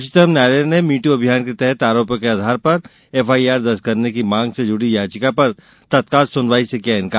उच्चतम न्यायालय ने मीटू अभियान के तहत आरोपो के आधार पर एफआईआर दर्ज करने की मांग से जुड़ी याचिका पर तत्काल सुनवाई से किया इंकार